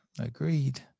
agreed